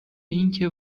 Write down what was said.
اینکه